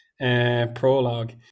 prologue